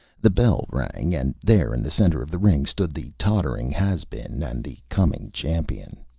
the bell rang, and there in the center of the ring stood the tottering has-been and the coming champion.